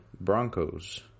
Broncos